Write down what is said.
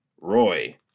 Roy